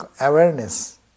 awareness